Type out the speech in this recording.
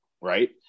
right